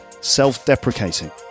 Self-deprecating